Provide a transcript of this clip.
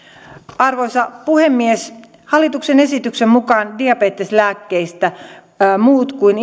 arvoisa puhemies hallituksen esityksen mukaan diabeteslääkkeistä muut kuin